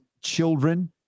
children